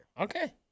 Okay